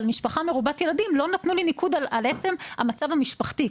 אבל על משפחה מרובת ילדים לא נתנו ניקוד על עצם המצב המשפחתי.